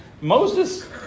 Moses